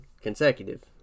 Consecutive